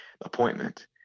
appointment